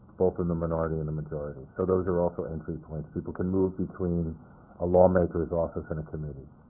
both in the minority and the majority. so those are also entry points. people can move between a lawmaker's office and a committee.